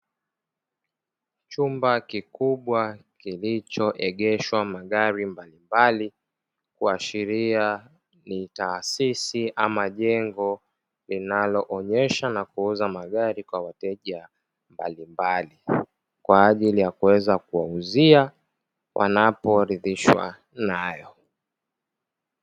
Chumba kikubwa kilichoegeshwa magari mbalimbali kuashiria ni taasisi ama jengo, linaloonyesha na kuuza magari kwa wateja mbalimbali kwa ajili ya kuweza kuwauzia wanaporidhishwa nayo.